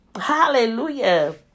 Hallelujah